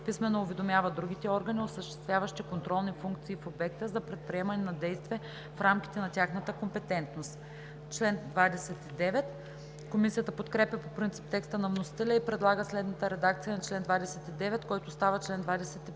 писмено уведомява другите органи, осъществяващи контролни функции в обекта, за предприемане на действия, в рамките на тяхната компетентност.“ Комисията подкрепя по принцип текста на вносителя и предлага следната редакция на чл. 29, който става чл. 25: